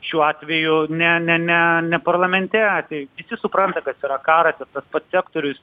šiuo atveju ne ne ne ne parlamente tai visi supranta kas yra karas ir tas pats sektorius